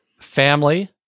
family